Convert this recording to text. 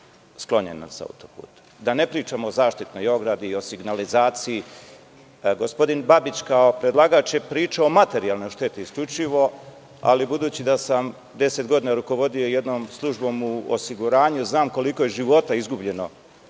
sklonjena sa autoputa, da ne pričam o zaštitnoj ogradi, signalizaciji. Gospodin Babić, kao predlagač, je pričao o materijalnoj šteti isključivo, ali budući da sam 10 godina rukovodio jednom službom u osiguranju, znam koliko je života izgubljeno